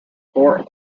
corps